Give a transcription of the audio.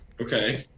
Okay